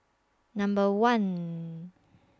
Number one